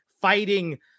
fighting